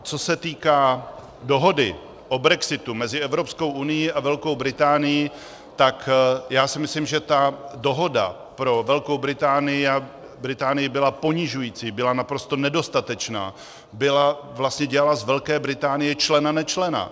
Co se týká dohody o brexitu mezi Evropskou unií a Velkou Británií, tak já si myslím, že ta dohoda pro Velkou Británii byla ponižující, byla naprosto nedostatečná, vlastně dělala z Velké Británie členanečlena.